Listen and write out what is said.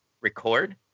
record